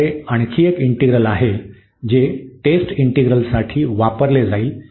आपल्याकडे आणखी एक इंटिग्रल आहे जे टेस्ट इंटीग्रलसाठी वापरले जाईल